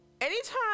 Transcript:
Anytime